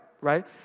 right